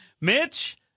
Mitch